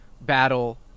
battle